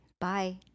Bye